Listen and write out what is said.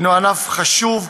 שהוא ענף חשוב,